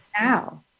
now